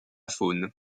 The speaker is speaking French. faune